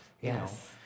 Yes